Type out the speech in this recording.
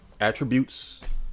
attributes